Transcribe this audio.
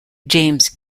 james